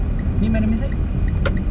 ini mana mi~ set